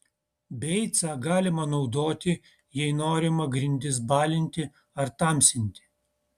beicą galima naudoti jei norima grindis balinti ar tamsinti